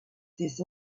this